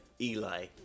Eli